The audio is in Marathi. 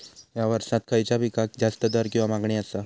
हया वर्सात खइच्या पिकाक जास्त दर किंवा मागणी आसा?